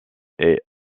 est